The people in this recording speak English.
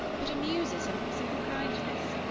but amuses him from simple kindness.